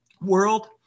world